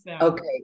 okay